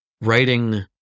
writing